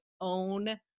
own